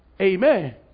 Amen